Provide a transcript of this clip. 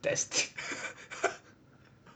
that's